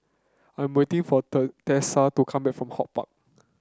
I'm waiting for Tessa to come back from HortPark